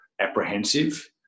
apprehensive